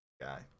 guy